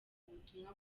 ubutumwa